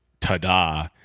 ta-da